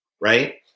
Right